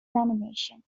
animation